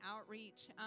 Outreach